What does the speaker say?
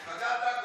תירגע אתה קודם.